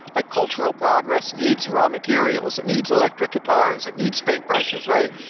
like cultural progress needs raw materials. it needs electric guitars. it needs paintbrushes, right?